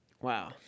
Wow